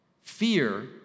Fear